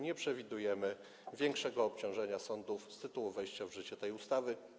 Nie przewidujemy większego obciążenia sądów z tytułu wejścia w życie tej ustawy.